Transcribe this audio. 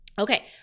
Okay